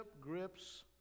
grips